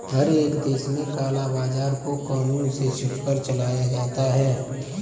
हर एक देश में काला बाजार को कानून से छुपकर चलाया जाता है